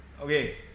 Okay